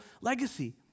legacy